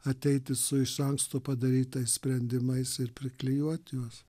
ateiti su iš anksto padarytais sprendimais ir priklijuoti juos